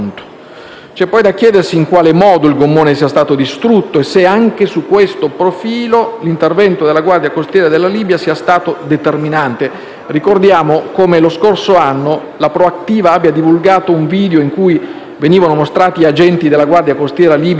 C'è poi da chiedersi in quale modo il gommone sia stato distrutto e se anche su questo profilo l'intervento della Guardia costiera della Libia sia stato determinante. Ricordiamo come lo scorso anno la ONG Proactiva abbia divulgato un video in cui venivano mostrati agenti della Guardia costiera libica